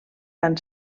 van